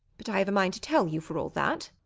but i have a mind to tell you, for all that.